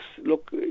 look